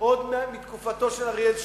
עוד מתקופתו של אריאל שרון,